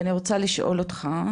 ואני רוצה לשאול אותך,